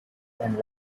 and